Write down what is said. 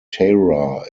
tara